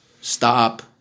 Stop